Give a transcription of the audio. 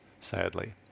sadly